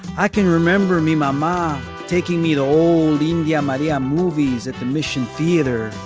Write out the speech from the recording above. i can remember me mama taking me to old india maria movies at the mission theater.